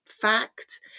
fact